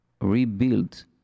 rebuild